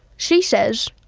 she says,